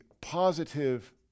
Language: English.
positive